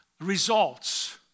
results